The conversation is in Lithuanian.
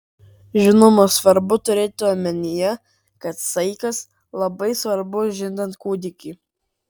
žinoma svarbu turėti omenyje kad saikas labai svarbu žindant kūdikį